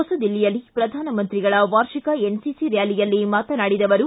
ಹೊಸದಿಲ್ಲಿಯಲ್ಲಿ ಶ್ರಧಾನಮಂತ್ರಿಗಳ ವಾರ್ಷಿಕ ಎನ್ಸಿಸಿ ರ್ಕಾಲಿಯಲ್ಲಿ ಮಾತನಾಡಿದ ಅವರು